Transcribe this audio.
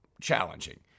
challenging